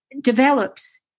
develops